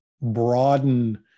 broaden